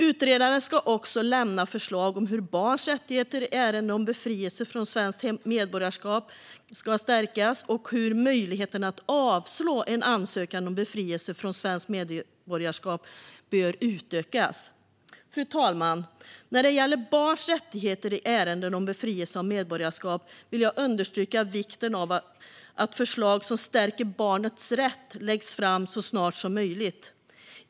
Utredaren ska också lämna förslag om hur barns rättigheter i ärenden om befrielse från svenskt medborgarskap ska stärkas och hur möjligheten att avslå en ansökan om befrielse från svenskt medborgarskap bör utökas. Fru talman! När det gäller barns rättigheter i ärenden om befrielse från medborgarskap vill jag understryka vikten av att förslag som stärker barnets rätt läggs fram så snart som möjligt.